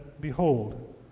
behold